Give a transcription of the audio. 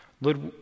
Lord